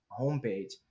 homepage